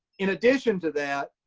in addition to that,